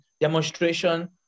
demonstration